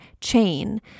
chain